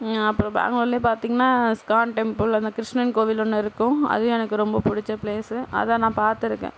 அப்பறம் பேங்களூர்லயே பார்த்தீங்கன்னா இஸ்கான் டெம்புள் அந்த கிருஷ்ணன் கோவில் ஒன்று இருக்கும் அதுவும் எனக்கு ரொம்ப பிடிச்ச பிளேஸ் அதை நான் பார்த்துருக்கேன்